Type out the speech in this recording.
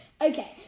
Okay